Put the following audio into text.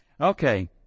Okay